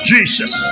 Jesus